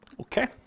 Okay